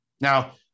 Now